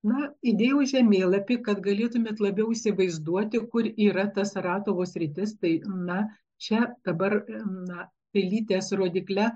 na įdėjau žemėlapį kad galėtumėte labiau įsivaizduoti kur yra ta saratovo sritis tai na čia dabar na pelytės rodykle